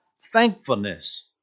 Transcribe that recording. Thankfulness